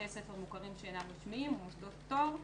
בתי ספר מוכרים שאינם רשמיים ומוסדות פטור,